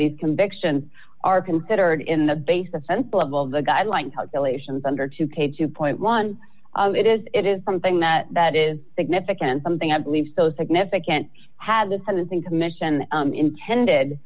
these convictions are considered in the base offense level the guideline calculations under two k two dollars it is it is something that that is significant something i believe so significant had the sentencing commission intended